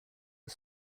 are